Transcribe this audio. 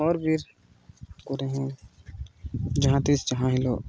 ᱦᱚᱨ ᱵᱤᱨ ᱠᱚᱨᱮ ᱦᱚᱸ ᱡᱟᱦᱟᱸ ᱛᱤᱥ ᱡᱟᱦᱟᱸ ᱦᱤᱞᱳᱜ